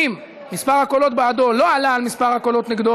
אם מספר הקולות בעדו לא יעלה על מספר הקולות נגדו